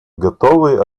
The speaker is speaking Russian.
готовы